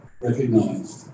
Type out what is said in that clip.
Recognized